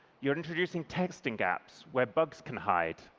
you're introducing texting gaps where bugs can hide.